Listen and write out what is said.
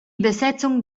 besetzung